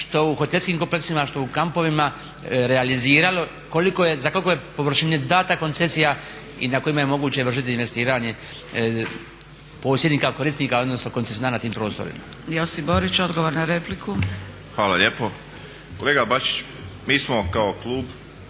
što u hotelskim kompleksima, što kampovima realiziralo, koliko je, za kolike je površine dana koncesija i na kojima je moguće vršiti investiranje posjednika, korisnika, odnosno koncesionara nad tim prostorima. **Zgrebec, Dragica (SDP)** Josip Borić, odgovor na repliku. **Borić, Josip (HDZ)** Hvala lijepo. Kolega Bačić, mi smo kao klub